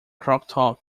choctaw